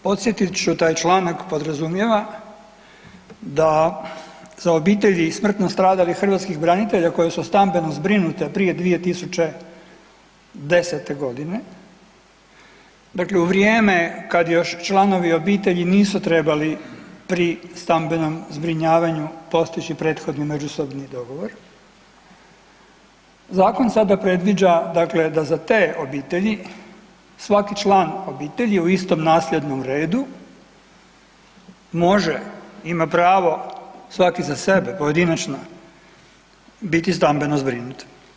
Podsjetit ću, taj članak podrazumijeva da za obitelji smrtno stradalih hrvatskih branitelja koje su stambeno zbrinute prije 2010.g., dakle u vrijeme kad još članovi obitelji nisu trebali pri stambenom zbrinjavanju postići prethodni međusobni dogovor, zakon sada predviđa dakle da za te obitelji svaki član obitelji u istom nasljednom redu može, ima pravo svaki za sebe pojedinačno biti stambeno zbrinut.